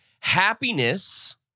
Happiness